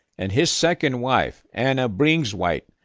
and his second wife, anna brings white,